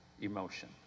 emotion